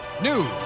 news